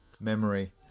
memory